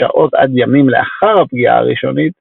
שעות עד ימים לאחר הפגיעה הראשונית,